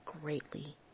greatly